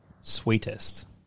sweetest